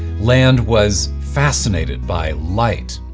land was fascinated by light,